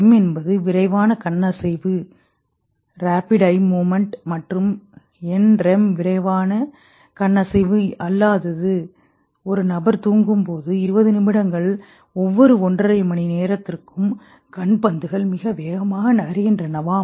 REM என்பது விரைவான கண் அசைவு மற்றும் NREM விரைவான கண் அசைவு அல்லாது ஒரு நபர் தூங்கும்போது 20 நிமிடங்கள் ஒவ்வொரு ஒன்றரை மணி நேரத்திற்கும் கண் பந்துகள் மிக வேகமாக நகர்கின்றனவாம்